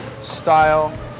style